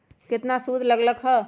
केतना सूद लग लक ह?